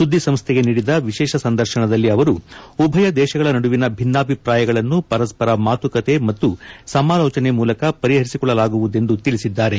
ಸುದ್ದಿ ಸಂಸ್ಟೆಗೆ ನೀಡಿದ ವಿಶೇಷ ಸಂದರ್ಶನದಲ್ಲಿ ಅವರು ಉಭಯ ದೇಶಗಳ ನಡುವಿನ ಭಿನ್ನಾಭಿಪ್ರಾಯಗಳನ್ನು ಪರಸ್ಪರ ಮಾತುಕತೆ ಮತ್ತು ಸಮಾಲೋಚನೆ ಮೂಲಕ ಪರಿಹರಿಸಿಕೊಳ್ಳಲಾಗುವುದೆಂದು ತಿಳಿಸಿದ್ದಾರೆ